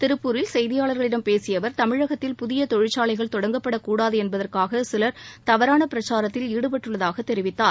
திருப்பூரில் செய்தியாளர்களிடம் பேசிய அவர் தமிழகத்தில் புதிய தொழிற்சாலைகள் தொடங்கப்படக் கூடாது என்பதற்காக சிலர் தவறான பிரச்சாரத்தில் ஈடுபட்டுள்ளதாகத் தெரிவித்தார்